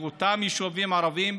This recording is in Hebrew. באותם יישובים ערביים,